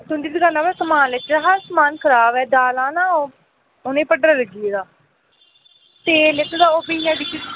ओह् तुं'दी दकाना परा समान लैते दा हा सामान खराब ऐ दाला ना उ'नेंगी पड्ढरा लग्गी गेदा तेल लैते दा ओह् बी इ'यां